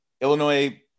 Illinois